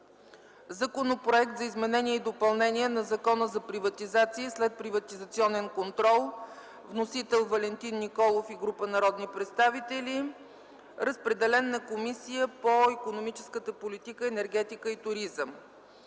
Законопроект за изменение и допълнение на Закона за приватизация и следприватизационен контрол. Вносители: Валентин Николов и група народни представители. Разпределен е на Комисията по икономическата политика, енергетика и туризъм.